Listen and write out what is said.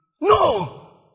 No